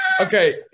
Okay